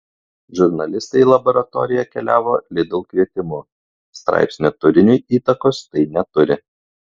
žurnalistai į laboratoriją keliavo lidl kvietimu straipsnio turiniui įtakos tai neturi